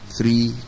three